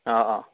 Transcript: अ अ